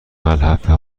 ملحفه